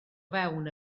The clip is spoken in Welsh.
fewn